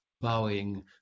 bowing